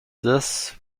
this